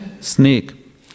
snake